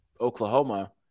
Oklahoma